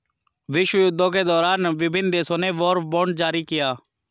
विश्वयुद्धों के दौरान विभिन्न देशों ने वॉर बॉन्ड जारी किया